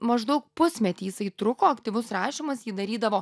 maždaug pusmetį jisai truko aktyvus rašymas ji darydavo